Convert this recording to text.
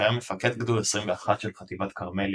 שהיה מפקד גדוד 21 של חטיבת כרמלי